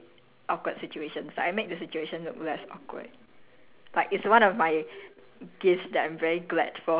!wah! I don't know eh I I have this like amazing ability to mitigate awkward situations like I make the situation look less awkward